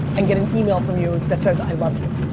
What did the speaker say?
and get an email from you that says, i love you.